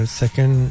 second